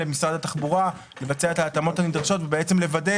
למשרד התחבורה לבצע את ההתאמות הנדרשות ולוודא